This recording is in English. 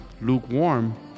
lukewarm